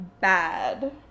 bad